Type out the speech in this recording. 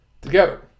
together